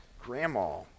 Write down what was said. grandma